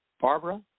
Barbara